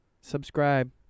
subscribe